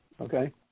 okay